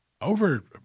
over